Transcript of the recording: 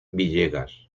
villegas